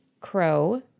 Crow